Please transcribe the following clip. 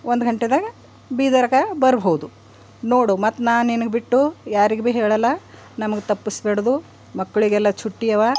ಒಂದು ಘಂಟೆದಾಗ ಬೀದರ್ಗೆ ಬರ್ಭೌದು ನೋಡು ಮತ್ತು ನಾ ನಿನಗೆ ಬಿಟ್ಟು ಯಾರಿಗೆ ಬಿ ಹೇಳಲ್ಲ ನಮಗೆ ತಪ್ಪಿಸ ಬ್ಯಾಡ್ದು ಮಕ್ಕಳಿಗೆಲ್ಲ ಚುಟ್ಟಿ ಅವ